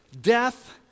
death